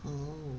mm